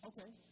Okay